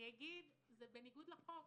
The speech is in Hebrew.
זה בניגוד לחוק.